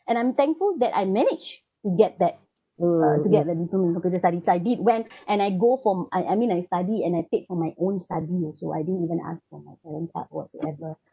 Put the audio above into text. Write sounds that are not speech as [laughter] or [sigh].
and I'm thankful that I managed to get that uh to get the to computer studies I did went [breath] and I go home I I mean I study and I paid for my own study also I didn't even ask from my parents ah or whatsoever